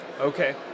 Okay